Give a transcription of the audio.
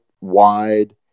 wide